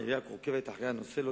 העירייה עוקבת אחרי הנושא,